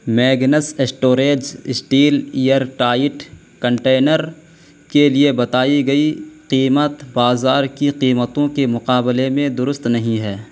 Magnus storage steel airtight container کے لیے بتائی گئی قیمت بازار کی قیمتوں کے مقابلے میں درست نہیں ہے